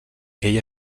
ell